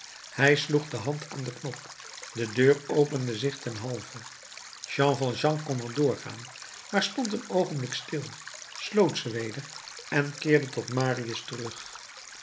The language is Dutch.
hij sloeg de hand aan den knop de deur opende zich ten halve jean valjean kon er doorgaan maar stond een oogenblik stil sloot ze weder en keerde tot marius terug